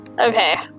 Okay